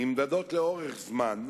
נמדדות לאורך זמן,